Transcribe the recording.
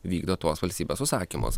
vykdo tuos valstybės užsakymus